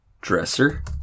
dresser